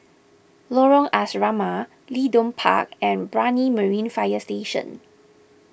Lorong Asrama Leedon Park and Brani Marine Fire Station